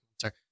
sorry